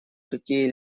какие